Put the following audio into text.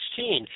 2016